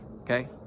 okay